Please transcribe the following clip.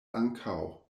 ankaŭ